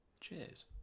Cheers